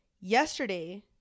yesterday